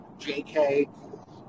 JK